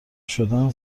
شدن